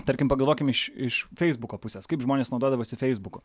tarkim pagalvokim iš iš feisbuko pusės kaip žmonės naudodavosi feisbuku